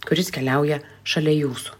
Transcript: kuris keliauja šalia jūsų